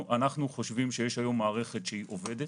אנחנו חושבים שיש היום מערכת שהיא עובדת.